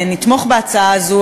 נתמוך בהצעה הזאת,